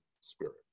Spirit